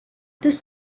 this